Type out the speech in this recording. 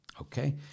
Okay